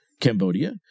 Cambodia